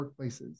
workplaces